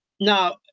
Now